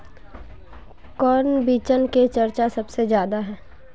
कौन बिचन के चर्चा सबसे ज्यादा है?